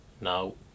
now